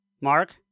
Mark